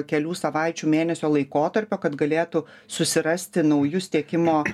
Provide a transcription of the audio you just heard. kelių savaičių mėnesio laikotarpio kad galėtų susirasti naujus tiekimo